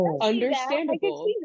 understandable